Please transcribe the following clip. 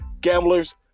gamblers